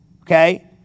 okay